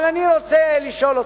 אבל אני רוצה לשאול אותך,